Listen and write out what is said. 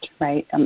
right